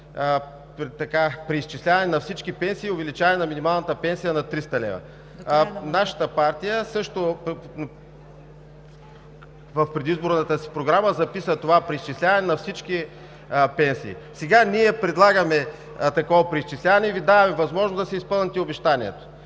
преизчисляване на всички пенсии и увеличаване на минималната пенсия на 300 лв. Нашата партия също в предизборната си програма записа това: преизчисляване на всички пенсии. Сега ние предлагаме такова преизчисляване и Ви даваме възможност да си изпълните обещанието.